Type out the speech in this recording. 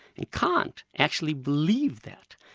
and kant actually believed that.